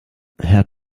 herr